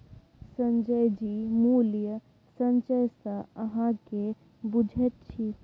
संजय जी मूल्य संचय सँ अहाँ की बुझैत छी?